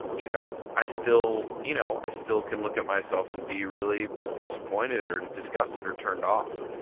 you know, i still you know i still can look at myself and be really disappointed or disgusted or turned off.